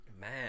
Man